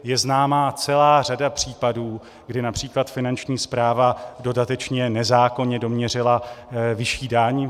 Je známá celá řada případů, kdy např. Finanční správa dodatečně nezákonně doměřila vyšší daň.